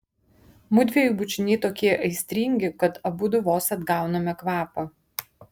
mudviejų bučiniai tokie aistringi kad abudu vos atgauname kvapą